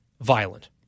violent